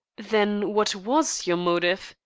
then what was your motive,